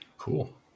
Cool